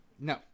No